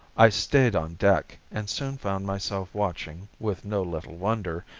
i stayed on deck and soon found myself watching, with no little wonder,